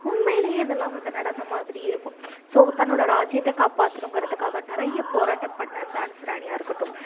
உண்மையிலேயே இதுலாம் வந்து நடந்தமாதிரி இருக்கும் ஸோ தன்னோட ராஜ்ஜியத்தை காப்பாத்தணுங்கிறதுக்காக நிறைய போராட்டம் பண்ண ஜான்சி ராணியாக இருக்கட்டும்